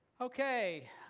Okay